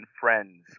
Friends